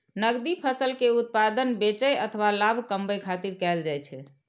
नकदी फसल के उत्पादन बेचै अथवा लाभ कमबै खातिर कैल जाइ छै